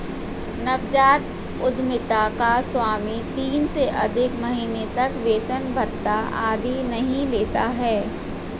नवजात उधमिता का स्वामी तीन से अधिक महीने तक वेतन भत्ता आदि नहीं लेता है